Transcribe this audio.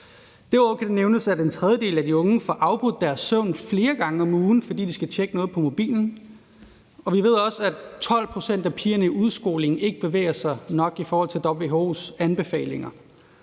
Derude kan det nævnes, at en tredjedel af de unge får afbrudt deres søvn flere gange om ugen, fordi de skal tjekke noget på mobilen, og vi ved også, at 12 pct. af pigerne i udskolingen ikke bevæger sig nok i forhold til WHO's anbefalinger.